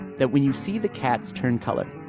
that when you see the cats turn color,